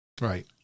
right